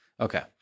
Okay